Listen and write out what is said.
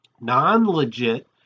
non-legit